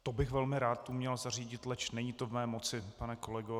To bych velmi rád uměl zařídit, leč není to v mé moci, pane kolego.